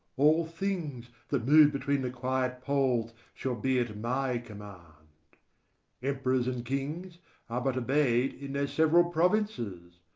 all things that move between the quiet poles shall be at my command emperors and kings are but obeyed in their several provinces,